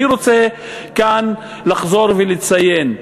אני רוצה לחזור ולציין: